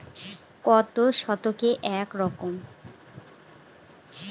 কত শতকে এক একর?